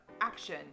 action